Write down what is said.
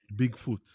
bigfoot